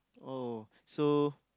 oh so